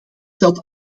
telt